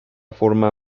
forma